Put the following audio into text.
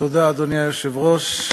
אדוני היושב-ראש,